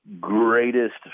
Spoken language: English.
greatest